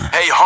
Hey